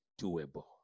doable